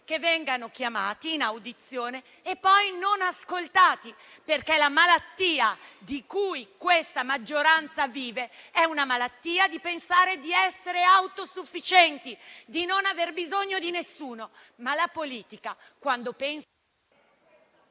che vengano chiamati in audizione e, poi, non ascoltati. La malattia di cui questa maggioranza vive è infatti quella di pensare di essere autosufficiente, di non aver bisogno di nessuno. La politica, però, quando pensa...